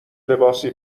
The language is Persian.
لباسی